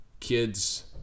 kids